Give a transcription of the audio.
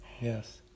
yes